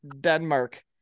Denmark